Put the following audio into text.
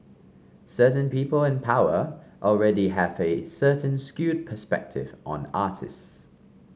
certain people in power already have a certain skewed perspective on artists